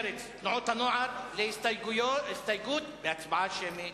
תנועות הנוער, להסתייגות, בהצבעה שמית.